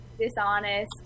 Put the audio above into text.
dishonest